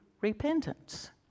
repentance